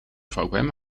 program